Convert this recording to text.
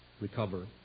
recover